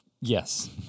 Yes